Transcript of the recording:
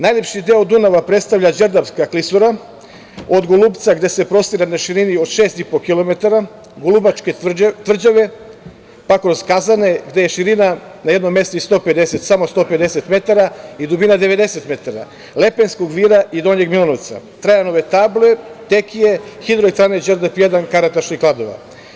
Najlepši deo Dunava predstavlja Đerdapska klisura, od Golupca gde se prostire na širini od 6,5 kilometara, Golubačke tvrđave, pa kroz Kazane, gde je širina na jednom mestu samo 150 metara i dubina 90 metara, Lepenskog vira i Donjeg Milanovca, Trajanove table, Tekije, Hidroelektrane „Đerdap 1“, Karakaš i Kladova.